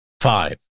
Five